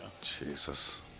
Jesus